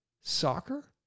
soccer